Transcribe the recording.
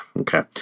Okay